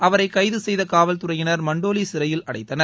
அவரை கைது செய்த காவல்துறையினர் மன்டோலி சிறையில் அடைத்தனர்